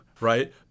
Right